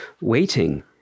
waiting